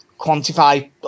quantify